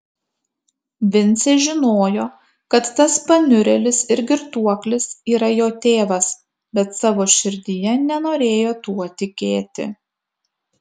vincė žinojo kad tas paniurėlis ir girtuoklis yra jo tėvas bet savo širdyje nenorėjo tuo tikėti